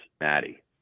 Maddie